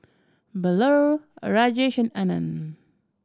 Bellur Rajesh Anand